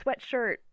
sweatshirt